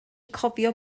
cofio